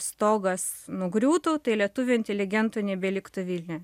stogas nugriūtų tai lietuvių inteligentų nebeliktų vilniuj